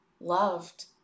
loved